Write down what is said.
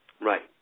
Right